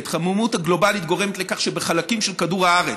ההתחממות הגלובלית גורמת לכך שבחלקים של כדור הארץ,